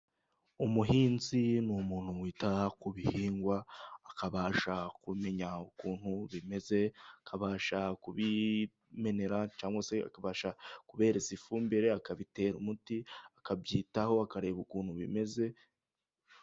Umuhinzi ni umuntu wita ku bihingwa, akabasha kumenya ukuntu bimeze akabasha kubimenera, cyangwa se akabasha kubiha ifumbire akabitera umuti, akabyitaho akareba ukuntu bimeze.